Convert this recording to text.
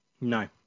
No